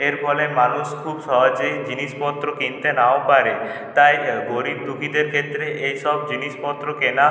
এর ফলে মানুষ খুব সহজেই জিনিসপত্র কিনতে নাও পারে তাই গরীব দুখিদের ক্ষেত্রে এই সব জিনিসপত্র কেনা